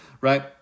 right